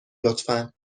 لطفا